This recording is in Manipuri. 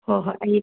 ꯍꯣꯏ ꯍꯣꯏ ꯑꯩ